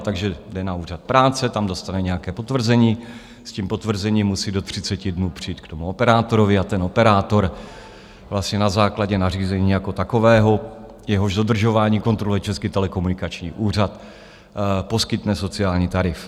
Takže jde na Úřad práce, tam dostane nějaké potvrzení, s tím potvrzením musí do 30 dnů přijít k operátorovi a operátor vlastně na základě nařízení jako takového, jehož dodržování kontroluje Český telekomunikační úřad, poskytne sociální tarif.